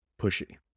pushy